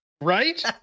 Right